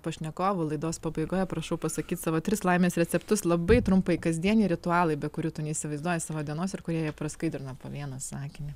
pašnekovų laidos pabaigoje prašau pasakyt savo tris laimės receptus labai trumpai kasdieniai ritualai be kurių tu neįsivaizduoji savo dienos ir kurie ją praskaidrina po vieną sakinį